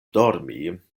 dormi